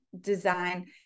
design